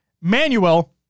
Manuel